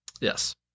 Yes